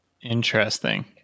Interesting